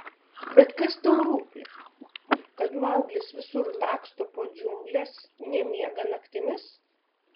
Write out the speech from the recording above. bet kas tau rūpi kad mauglis visur laksto po džiungles nemiega naktimis